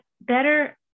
better